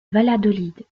valladolid